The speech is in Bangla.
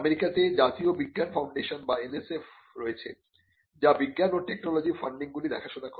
আমেরিকাতে জাতীয় বিজ্ঞান ফাউন্ডেশন বা NSF রয়েছে যা বিজ্ঞান ও টেকনোলজি ফান্ডিংগুলি দেখাশোনা করে